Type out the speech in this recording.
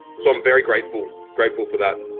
so i'm very grateful grateful for that.